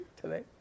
Today